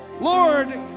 Lord